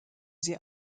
sie